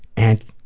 and,